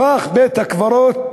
הפך בית-הקברות